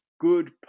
good